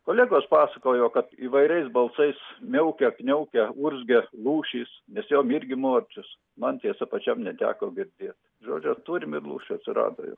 kolegos pasakojo kad įvairiais balsais miaukia kniaukia urzgia lūšys nes jom irgi močius man tiesa pačiam neteko girdėti žodžiu turim ir lūšių atsirado jau